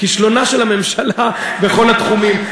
כישלונה של הממשלה בכל התחומים.